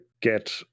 get